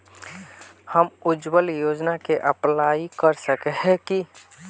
हम उज्वल योजना के अप्लाई कर सके है की?